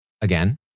again